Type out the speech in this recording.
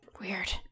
Weird